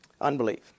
Unbelief